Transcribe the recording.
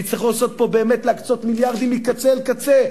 ויצטרכו באמת להקצות מיליארדים מקצה לקצה.